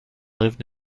lived